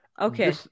okay